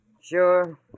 Sure